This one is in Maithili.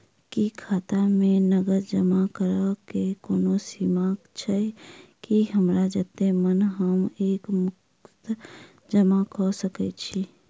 की खाता मे नगद जमा करऽ कऽ कोनो सीमा छई, की हमरा जत्ते मन हम एक मुस्त जमा कऽ सकय छी?